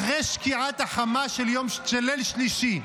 אחרי שקיעת החמה של ליל שלישי.